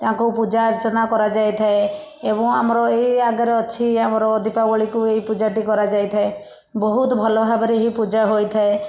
ତାଙ୍କୁ ପୂଜାର୍ଚ୍ଚନା କରାଯାଇଥାଏ ଏବଂ ଆମର ଏଇ ଆଗରେ ଅଛି ଆମର ଦୀପାବଳିକୁ ଏଇ ପୂଜାଟି କରାଯାଇଥାଏ ବହୁତ ଭଲ ଭାବରେ ହିଁ ପୂଜା ହୋଇଥାଏ